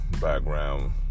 background